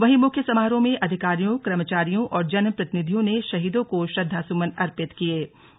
वहीं मुख्य समारोह में अधिकारियों कर्मचारियों और जनप्रतिनिधियों ने शहीदों को श्रद्दासुमन अर्पित किये गये